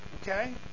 Okay